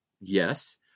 yes